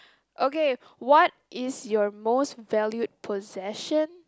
okay what is your most valued possession